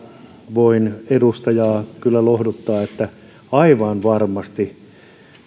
voin edustajaa kyllä lohduttaa että aivan varmasti